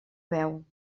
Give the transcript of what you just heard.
beu